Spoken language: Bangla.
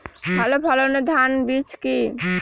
ভালো ফলনের ধান বীজ কি?